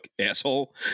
asshole